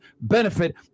benefit